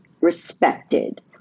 respected